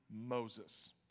Moses